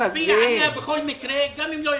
נצביע בכל מקרה, גם אם לא יסכימו.